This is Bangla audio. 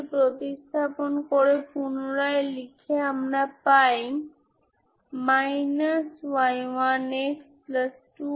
এর মানে হল λ সমান যখন λ nn1 হয় আমার একটি করেস্পন্ডিং সমাধান Pnx আছে যা ননজিরো